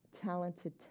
talented